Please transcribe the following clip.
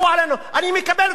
אני מקבל את העמדה הזאת.